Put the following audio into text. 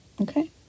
Okay